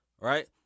right